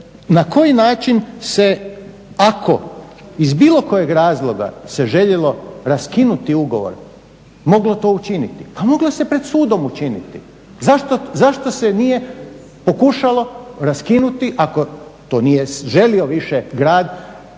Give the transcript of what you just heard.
na koji način se ako iz bilo kojeg razloga se željelo raskinuti ugovor moglo to učiniti, ma moglo se pred sudom učiniti, zašto se nije pokušalo raskinuti ako to nije želio više grad